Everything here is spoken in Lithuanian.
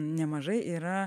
nemažai yra